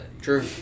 true